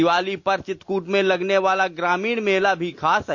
दीवाली पर चित्रकूट में लगने वाला मेला भी खास है